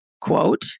quote